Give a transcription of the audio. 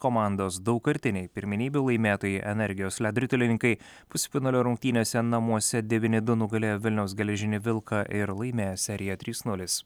komandos daugkartiniai pirmenybių laimėtojai energijos ledo ritulininkai pusfinalio rungtynėse namuose devyni du nugalėjo vilniaus geležinį vilką ir laimėjo seriją trys nulis